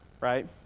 right